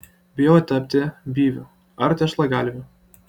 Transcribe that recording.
bijojau tapti byviu ar tešlagalviu